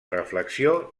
reflexió